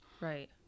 Right